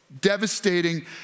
devastating